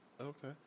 Okay